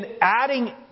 adding